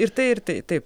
ir tai ir tai taip